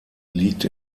liegt